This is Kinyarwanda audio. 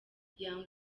young